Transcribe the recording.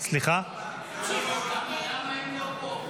למה הם לא פה?